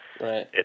Right